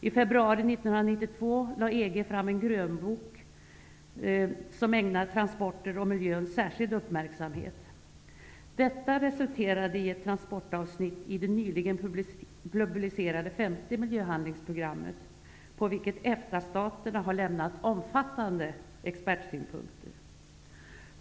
I februari 1992 lade EG fram en grönbok som ägnade transporter och miljö särskild uppmärksamhet. Detta resulterade i ett transportavsnitt i det nyligen publicerade femte miljöhandlingsprogrammet, på vilket EFTA staterna har lämnat omfattande expertsynpunkter.